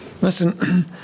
Listen